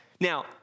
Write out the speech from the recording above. Now